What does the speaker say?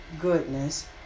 goodness